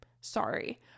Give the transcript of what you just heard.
Sorry